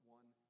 one